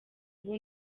ubu